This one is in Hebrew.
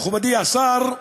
מכובדי השר,